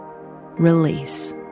release